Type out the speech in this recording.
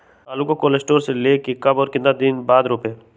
आलु को cold store से ले के कब और कितना दिन बाद रोपे?